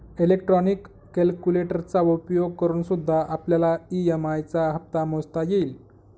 electronic कैलकुलेटरचा उपयोग करूनसुद्धा आपल्याला ई.एम.आई चा हप्ता मोजता येईल